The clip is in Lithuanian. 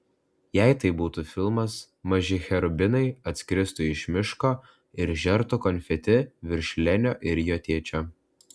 jei tai būtų filmas maži cherubinai atskristų iš miško ir žertų konfeti virš lenio ir jo tėčio